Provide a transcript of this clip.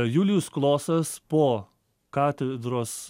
julijus klosas po katedros